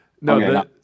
No